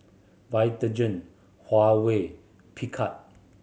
Vitagen Huawei Picard